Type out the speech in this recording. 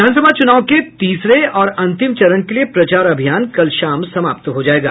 विधानसभा चूनाव के तीसरे और अंतिम चरण के लिए प्रचार अभियान कल शाम समाप्त हो जायेगा